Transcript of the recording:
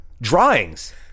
Drawings